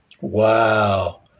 Wow